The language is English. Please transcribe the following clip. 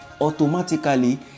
Automatically